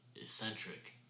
eccentric